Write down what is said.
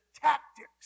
tactics